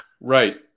Right